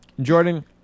Jordan